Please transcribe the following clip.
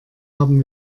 haben